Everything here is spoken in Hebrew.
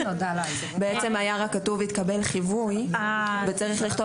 בעצם היה רק כתוב "התקבל חיווי" וצריך לכתוב